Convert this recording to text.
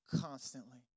constantly